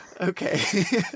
okay